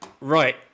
Right